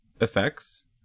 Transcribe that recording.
effects